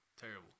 Terrible